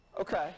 Okay